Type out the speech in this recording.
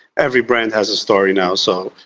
every brand has a story now. so,